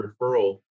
referral